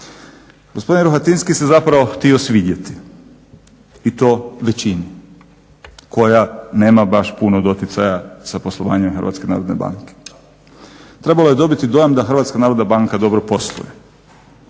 Gospodin Rohatinski se zapravo htio svidjeti i to većini koja nema baš puno doticaja sa poslovanjem HNB-a. Trebalo je dobiti dojam da HNB dobro posluje.